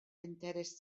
interess